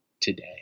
today